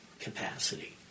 capacity